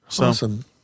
Awesome